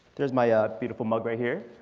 there's my beautiful mother right here.